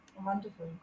Wonderful